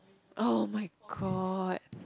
oh-my-god